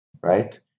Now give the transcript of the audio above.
right